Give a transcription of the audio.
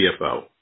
CFO